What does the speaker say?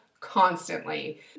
constantly